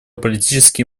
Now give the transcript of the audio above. политический